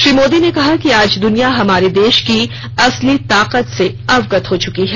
श्री मोदी ने कहा कि आज दुनिया हमारे देश की असली ताकत से अवगत हो चुकी है